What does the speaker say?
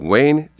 Wayne